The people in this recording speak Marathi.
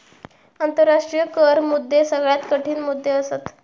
आंतराष्ट्रीय कर मुद्दे सगळ्यात कठीण मुद्दे असत